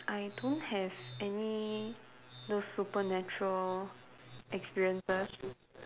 I don't have any those supernatural experiences